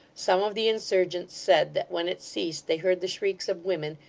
some of the insurgents said that when it ceased, they heard the shrieks of women,